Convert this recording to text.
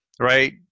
right